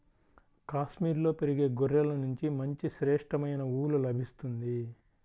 కాశ్మీరులో పెరిగే గొర్రెల నుంచి మంచి శ్రేష్టమైన ఊలు లభిస్తుంది